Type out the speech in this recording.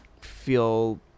feel